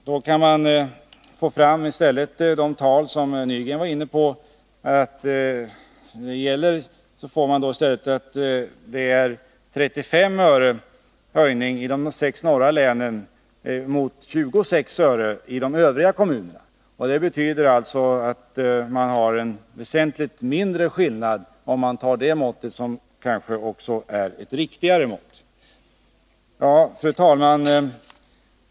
Då kan man få fram, i stället för de tal som Arne Nygren var inne på, att det är 35 öres höjning i de sex norra länen, mot 26 öre i de övriga kommunerna. Det betyder alltså att man får en väsentligt mindre skillnad om man tar det måttet, som kanske också är ett riktigare mått. Fru talman!